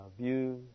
views